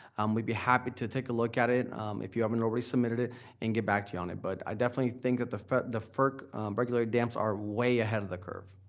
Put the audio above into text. um we'd be happy to take a look at it if you haven't already submitted and get back to you on it. but i definitely think the the ferc-regulated dams are way ahead of the curve.